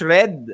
Red